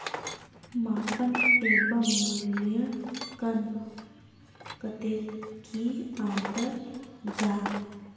मापन एवं मूल्यांकन कतेक की अंतर जाहा?